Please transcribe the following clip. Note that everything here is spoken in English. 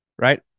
right